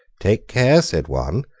take care, said one,